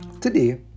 Today